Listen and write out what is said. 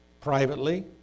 privately